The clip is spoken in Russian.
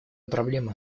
проблема